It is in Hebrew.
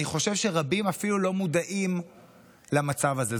אני חושב שרבים אפילו לא מודעים למצב הזה,